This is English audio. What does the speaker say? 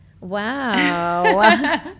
wow